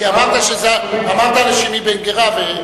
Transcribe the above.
כי אמרת לשמעי בן גרא.